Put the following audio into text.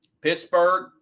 Pittsburgh